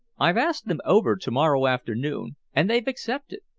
i've asked them over to-morrow afternoon, and they've accepted.